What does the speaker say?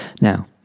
Now